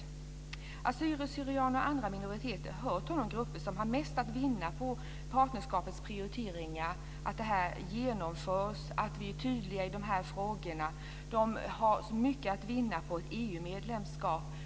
Assyrier/syrianer och andra minoriteter hör till de grupper som har mest att vinna på att partnerskapets prioriteringar genomförs och att vi är tydliga i dessa frågor. De har mycket att vinna på ett EU medlemskap.